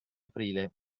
aprile